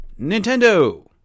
Nintendo